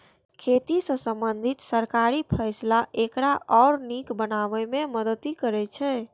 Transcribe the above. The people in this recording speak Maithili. खेती सं संबंधित सरकारी फैसला एकरा आर नीक बनाबै मे मदति करै छै